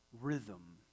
rhythm